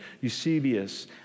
Eusebius